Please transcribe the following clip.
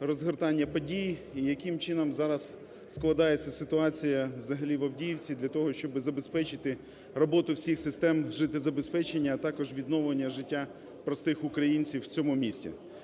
розгортання подій і яким чином зараз складається ситуація взагалі в Авдіївці для того, щоби забезпечити роботу всіх систем життєзабезпечення, а також відновлення життя простих українців в цьому місті.